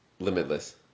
Limitless